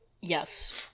Yes